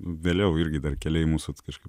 vėliau irgi dar keliai mūsų vat kažkaip